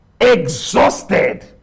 Exhausted